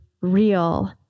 real